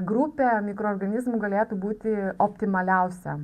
grupė mikroorganizmų galėtų būti optimaliausia